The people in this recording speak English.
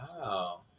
Wow